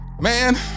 Man